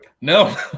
No